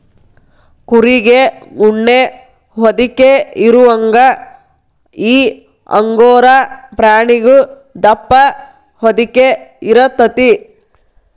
ಕುರಿಗೆ ಉಣ್ಣಿ ಹೊದಿಕೆ ಇರುವಂಗ ಈ ಅಂಗೋರಾ ಪ್ರಾಣಿಗು ದಪ್ಪ ಹೊದಿಕೆ ಇರತತಿ